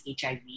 HIV